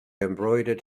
embroidered